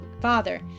Father